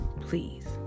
please